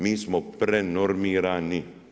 Mi smo prenormirani.